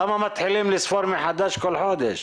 למה מתחילים לספור מחדש כל חודש?